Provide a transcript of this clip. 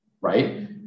right